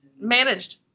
managed